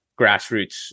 grassroots